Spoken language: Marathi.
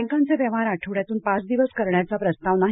बँकांचे व्यवहार आठवड्यातून पाच दिवस करण्याचा प्रस्ताव नाही